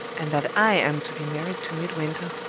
and that i am to be married to midwinter,